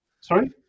Sorry